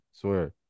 Swear